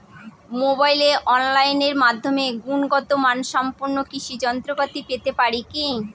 মোবাইলে অনলাইনের মাধ্যমে গুণগত মানসম্পন্ন কৃষি যন্ত্রপাতি পেতে পারি কি?